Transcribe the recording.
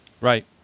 Right